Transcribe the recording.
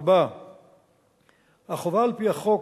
4. החובה על-פי החוק